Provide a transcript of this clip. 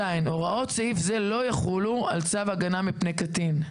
(ז)הוראות סעיף זה לא יחולו על צו הגנה מפני קטין.